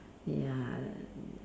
ya